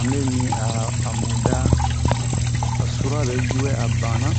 ame mi a muda ba surabɛ jiwɛ a bana